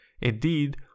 Indeed